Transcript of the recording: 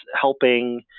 helping